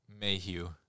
Mayhew